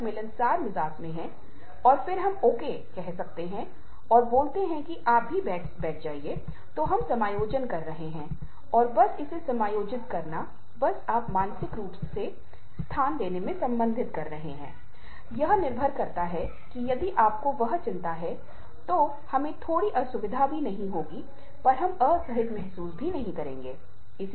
और flexi time में एक मूल समय होता है जहाँ उपस्थिति अनिवार्य है और व्यक्ति उस मूल समय के भीतर काम करता है लेकिन कोर स्लॉट से परे अन्य समय किसी भी समय लचीला होता है जब वे व्यक्ति आ सकते हैं और काम कर सकते हैं